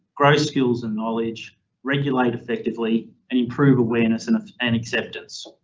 grow skills and knowledge regulate effectively and improve awareness and and acceptance.